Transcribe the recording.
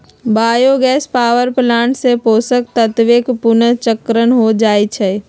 bio gas power plant से पोषक तत्वके पुनर्चक्रण हो जाइ छइ